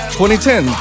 2010